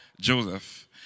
Joseph